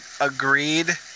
agreed